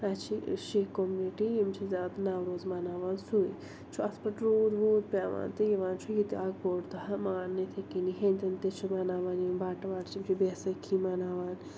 اَسہِ چھِ شِہہ کوٚمنِٹی یِم چھِ زیادٕ نَوروز مناوان سُے چھُ اَتھ پٮ۪ٹھ روٗد ووٗد پٮ۪وان تہٕ یِوان چھُ یہِ تہِ اَکھ بوٚڈ دۄہَہ مانٛنہٕ یِتھَے کٔنی ہیٚنٛدٮ۪ن تہِ چھِ مناوان یِم بَٹہٕ وَٹہٕ چھِ یِم چھِ بیسٲکھی مناوان